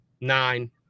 Nine